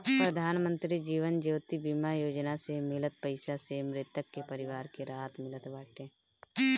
प्रधानमंत्री जीवन ज्योति बीमा योजना से मिलल पईसा से मृतक के परिवार के राहत मिलत बाटे